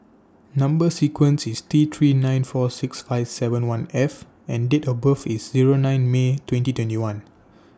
Number sequence IS T three nine four six five seven one F and Date of birth IS Zero nine May twenty twenty one